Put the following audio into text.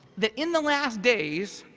that in the last days,